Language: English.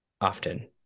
often